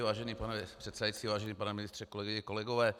Vážený pane předsedající, vážený pane ministře, kolegyně, kolegové.